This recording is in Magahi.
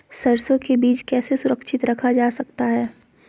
सरसो के बीज कैसे सुरक्षित रखा जा सकता है?